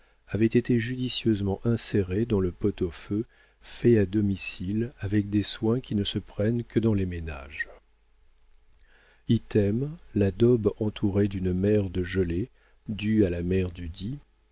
avait été judicieusement inséré dans le pot-au-feu fait à domicile avec des soins qui ne se prennent que dans les ménages item la daube entourée d'une mer de gelée due à la mère dudit